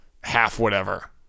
half-whatever